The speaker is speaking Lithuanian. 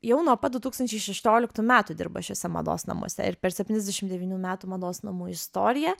jau nuo pat du tūkstančiai šešioliktų metų dirba šiuose mados namuose ir per septyniasdešimt devynių metų mados namų istoriją